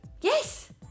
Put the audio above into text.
Yes